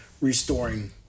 restoring